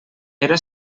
era